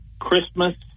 Christmas